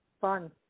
fun